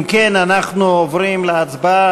אם כן, אנחנו עוברים להצבעה.